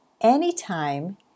anytime